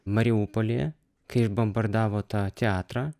mariupoly kai išbombardavo tą teatrą